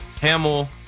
Hamill